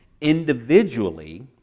individually